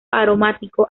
aromático